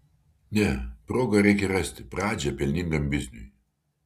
ne progą reikia rasti pradžią pelningam bizniui